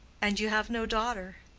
and you have no daughter?